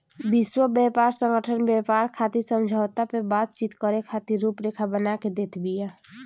विश्व व्यापार संगठन व्यापार खातिर समझौता पअ बातचीत करे खातिर रुपरेखा बना के देत बिया